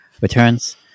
returns